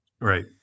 Right